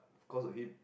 cause of him